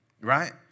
right